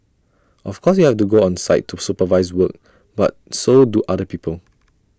of course you have to go on site to supervise work but so do other people